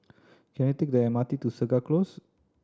can I take the M R T to Segar Close